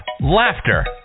laughter